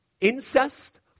Incest